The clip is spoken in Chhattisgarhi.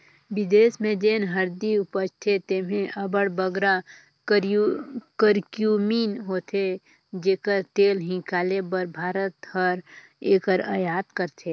बिदेस में जेन हरदी उपजथे तेम्हें अब्बड़ बगरा करक्यूमिन होथे जेकर तेल हिंकाले बर भारत हर एकर अयात करथे